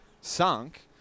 sunk